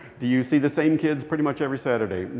do you see the same kids pretty much every saturday?